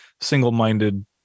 single-minded